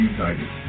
United